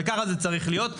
וככה זה צריך להיות.